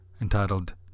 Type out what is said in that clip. entitled